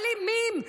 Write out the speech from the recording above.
אלימים,